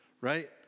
right